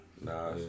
Nah